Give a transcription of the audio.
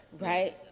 right